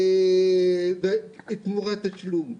בתמורת תשלום.